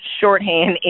shorthand